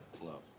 Love